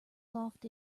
soft